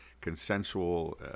consensual